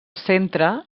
centre